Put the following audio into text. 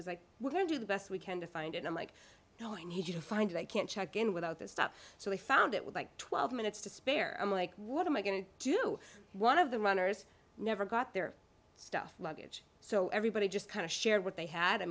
was like we're going to do the best we can to find and i'm like oh i need you to find i can't check in without this stuff so we found it was like twelve minutes to spare i'm like what am i going to do one of the runners never got their stuff luggage so everybody just kind of shared what they had i